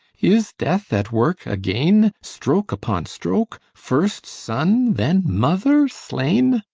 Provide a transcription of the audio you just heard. is death at work again, stroke upon stroke, first son, then mother slain?